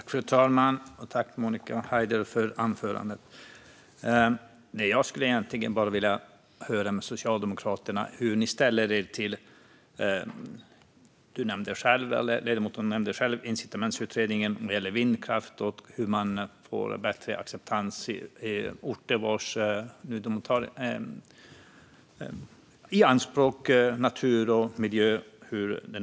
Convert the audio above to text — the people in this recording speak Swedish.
Fru talman! Tack, Monica Haider, för anförandet! Ledamoten nämnde incitamentsutredningen när det gäller vindkraft och hur man får bättre acceptans i orter där man tar natur och miljö i anspråk.